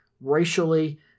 racially